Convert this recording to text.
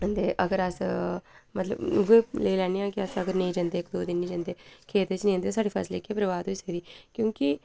ते अगर अस मतलब उ यै लेई लैन्ने आं कि अस अगर नेईं जंदें दो दिन निं जंदे खेत च नेईं जंदे साढ़ी फसल जेह्की ऐ ओह् बर्बाद होई सकदी क्योंकी